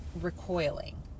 recoiling